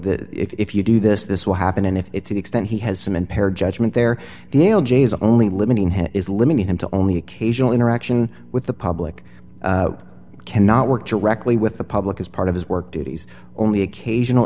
that if you do this this will happen and if it's the extent he has some impaired judgment there the only limit is limiting him to only occasional interaction with the public cannot work directly with the public as part of his work duties only occasional